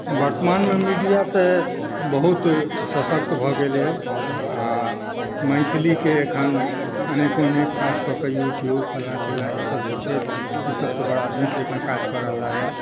वर्तमानमे मीडिया तऽ बहुत सशक्त भऽ गेल अइ आ मैथिलीक अखन अनेकोनेक ख़ास कऽ के यूट्यूब फलना चिलना ईसभ जे छै ईसभ तऽ बड़ा नीक जेकाॅं काज कऽ रहला यऽ